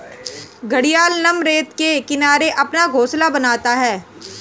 घड़ियाल नम रेत के किनारे अपना घोंसला बनाता है